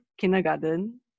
kindergarten